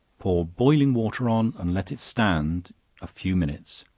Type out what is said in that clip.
pour boiling water on, and let it stand a few minutes,